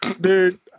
dude